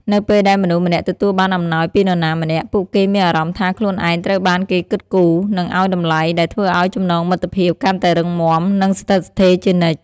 នៅពេលដែលមនុស្សម្នាក់ទទួលបានអំណោយពីនរណាម្នាក់ ពួកគេមានអារម្មណ៍ថាខ្លួនឯងត្រូវបានគេគិតគូរ និងឱ្យតម្លៃ ដែលធ្វើឱ្យចំណងមិត្តភាពកាន់តែរឹងមាំ និងស្ថិតស្ថេរជានិច្ច។